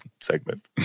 segment